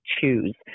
choose